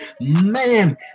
man